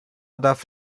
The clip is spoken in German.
darf